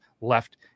left